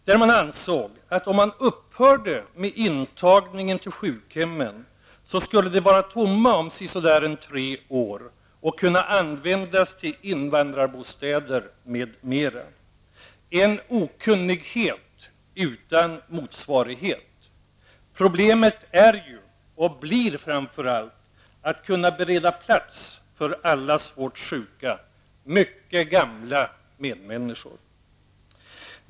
Där ansåg man att om man upphörde med intagningen till sjukhemmen så skulle de vara tomma om så där en tre år och kunna användas till invandrarbostäder, m.m. Det är en okunnighet utan motsvarighet. Problemet är ju, och blir framför allt, att kunna bereda plats för alla svårt sjuka och mycket gamla medmänniskor.